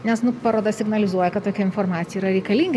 nes nu paroda signalizuoja kad tokia informacija yra reikalinga